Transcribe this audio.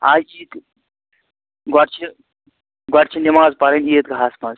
آز چھِ ییٚتہِ گۄڈٕ چھِ گۄڈِ چھِ نِماز پَڑھٕنۍ عیٖد گاہس منٛز